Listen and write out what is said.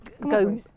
go